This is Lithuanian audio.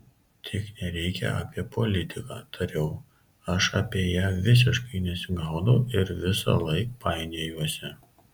tik nereikia apie politiką tariau aš apie ją visiškai nesigaudau ir visąlaik painiojuosi